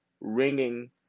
ringing